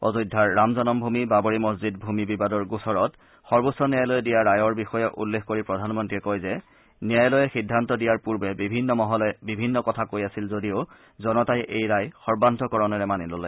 অযোধ্যাৰ ৰাম জনমভূমি বাবৰি মছজিদ ভূমি বিবাদৰ গোচৰত সৰ্বোচ্চ ন্যায়ালয়ে দিয়া ৰায়ৰ বিষয়ে উল্লেখ কৰি প্ৰধানমন্ত্ৰীয়ে কয় যে ন্যায়ালয়ে সিদ্ধান্ত দিয়াৰ পূৰ্বে বিভিন্ন মহলে বিভিন্ন কথা কৈ আছিল যদিও জনতাই এই ৰায় সৰ্বান্তঃকৰণেৰে মানি ল'লে